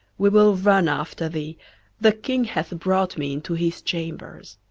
we will run after thee the king hath brought me into his chambers